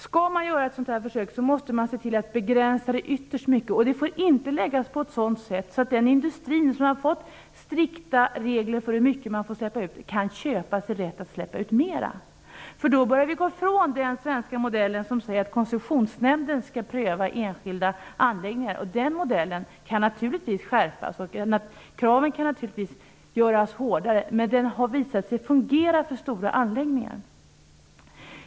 Om man skall göra ett sådant här försök måste man se till att begränsa det ytterst noga, och det får inte läggas upp på ett sådant sätt att den industri som har fått strikta regler för hur mycket den får släppa ut kan köpa en rätt att släppa ut mer. Då börjar vi gå ifrån den svenska modellen, som säger att Koncessionsnämnden skall pröva enskilda anläggningar. Den modellen kan naturligtvis skärpas och kraven göras hårdare, men den har visat sig fungera för stora anläggningar.